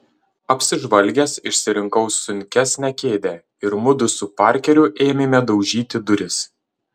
apsižvalgęs išsirinkau sunkesnę kėdę ir mudu su parkeriu ėmėme daužyti duris